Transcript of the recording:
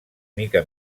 mica